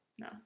No